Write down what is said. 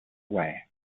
way